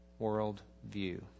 worldview